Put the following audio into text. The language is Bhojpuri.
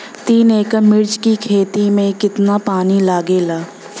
तीन एकड़ मिर्च की खेती में कितना पानी लागेला?